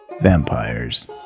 vampires